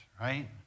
right